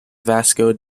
vasco